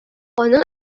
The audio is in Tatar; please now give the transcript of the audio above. аның